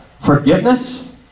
forgiveness